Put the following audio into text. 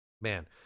man